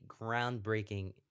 groundbreaking